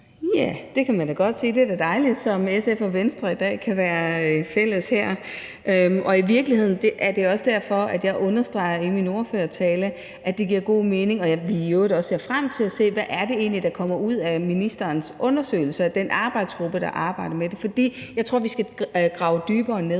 Ja, det kan man da godt sige. Det er da dejligt, som SF og Venstre i dag kan være fælles om noget her. I virkeligheden er det også derfor, at jeg understregede i min ordførertale, at det giver god mening, at vi ser, hvad det er, der kommer ud af ministerens undersøgelse og arbejdet i den arbejdsgruppe, der arbejder med det – og det ser vi i øvrigt frem